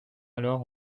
alors